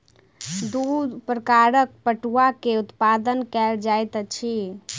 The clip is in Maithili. दू प्रकारक पटुआ के उत्पादन कयल जाइत अछि